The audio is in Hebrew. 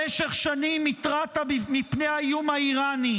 במשך שנים התרעת מפני האיום האיראני.